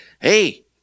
hey